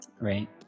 right